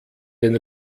den